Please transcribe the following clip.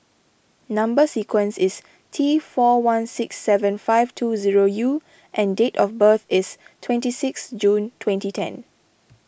Number Sequence is T four one six seven five two zero U and date of birth is twenty sixth June twenty ten